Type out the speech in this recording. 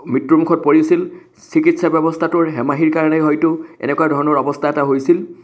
মৃত্যুমুখত পৰিছিল চিকিৎসা ব্যৱস্থাটোৰ হেমাহীৰ কাৰণে হয়তো এনেকুৱা ধৰণৰ অৱস্থা এটা হৈছিল